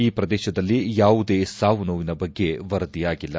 ಈ ಪ್ರದೇಶದಲ್ಲಿ ಯಾವುದೇ ಸಾವು ನೋವಿನ ಬಗ್ಗೆ ವರದಿಯಾಗಿಲ್ಲ